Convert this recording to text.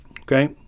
okay